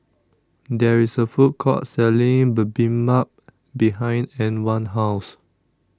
There IS A Food Court Selling Bibimbap behind Antwan's House